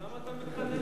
אז למה אתה מתחנן אליהם?